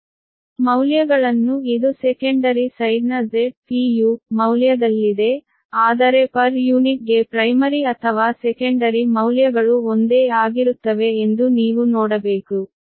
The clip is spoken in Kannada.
ಮೌಲ್ಯಗಳನ್ನು ಇದು ಸೆಕೆಂಡರಿ ಸೈಡ್ನ Z ಮೌಲ್ಯದಲ್ಲಿದೆ ಆದರೆ ಪರ್ ಯೂನಿಟ್ ಗೆ ಪ್ರೈಮರಿ ಅಥವಾ ಸೆಕೆಂಡರಿ ಮೌಲ್ಯಗಳು ಒಂದೇ ಆಗಿರುತ್ತವೆ ಎಂದು ನೀವು ನೋಡಬೇಕು